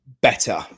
better